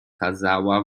kazała